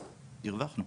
הרווחנו.